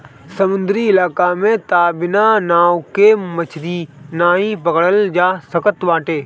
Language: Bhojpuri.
समुंदरी इलाका में तअ बिना नाव के मछरी नाइ पकड़ल जा सकत बाटे